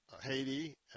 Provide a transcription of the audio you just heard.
haiti